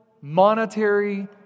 monetary